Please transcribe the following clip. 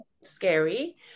scary